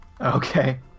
Okay